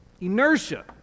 inertia